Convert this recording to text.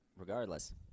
Regardless